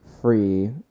free